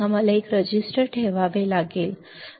आम्हाला एक रजिस्टर ठेवावे लागले